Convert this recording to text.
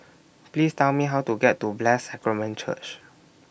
Please Tell Me How to get to Blessed Sacrament Church